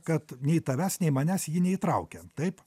kad nei tavęs nei manęs ji neįtraukė taip